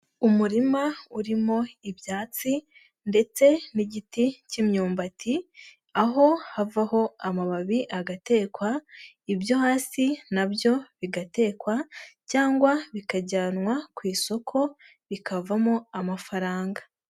Umurima urimo ibyatsi ndetse n'igiti cy'imyumbati, aho havaho amababi agatekwa, ibyo hasi na byo bigatekwa cyangwa bikajyanwa ku isoko bikavamo amafaranga.